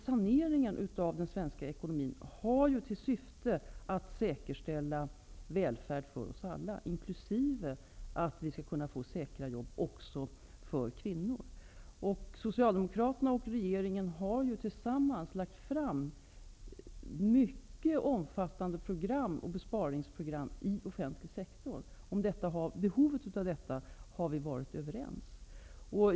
Saneringen av den svenska ekonomin har till syfte att säkerställa välfärd för oss alla, inkl. att vi skall kunna säkra jobben även för kvinnor. Socialdemokraterna och regeringen har tillsammans lagt fram mycket omfattande besparingsprogram när det gäller den offentliga sektorn. Vi har varit överens om behovet av detta.